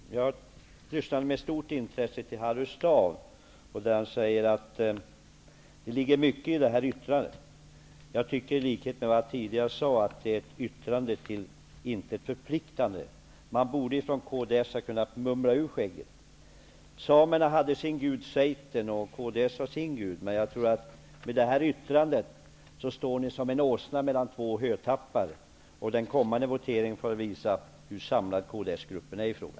Herr talman! Jag lyssnade med stort intresse till Harry Staaf. Han sade att det ligger mycket i detta yttrande. Jag tycker i likhet med vad jag tidigare sade att det är ett yttrande till intet förpliktande. Man borde från kds ha kunnat mumla ur skägget. Samerna hade sin gud Seiten, och kds har sin gud. Men jag tror att kds med detta yttrande står som en åsna mellan två hötappar, och den kommande voteringen får väl visa hur samlad kds-gruppen är i frågan.